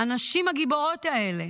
הנשים הגיבורות האלה